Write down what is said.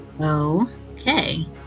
okay